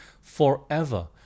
forever